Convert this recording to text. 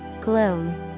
Gloom